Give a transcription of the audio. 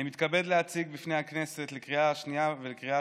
אני מתכבד להציג בפני הכנסת לקריאה שנייה ולקריאה